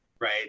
right